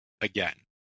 again